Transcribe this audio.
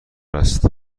است